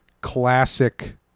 classic